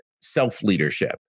self-leadership